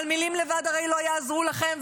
אבל מילים לבד הרי לא יעזרו לכן,